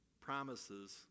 promises